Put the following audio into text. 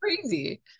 crazy